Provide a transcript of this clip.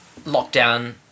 lockdown